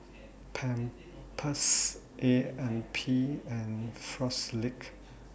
Pampers A M P and Frisolac